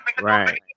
right